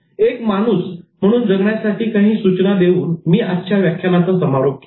एक माणूस म्हणून जगण्यासाठी काही सूचना देऊन मी आजच्या व्याख्यानाचा समारोप केला